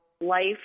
life